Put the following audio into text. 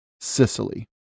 Sicily